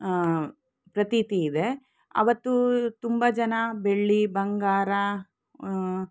ಪ್ರತೀತಿ ಇದೆ ಅವತ್ತು ತುಂಬ ಜನ ಬೆಳ್ಳಿ ಬಂಗಾರ